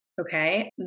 Okay